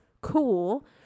cool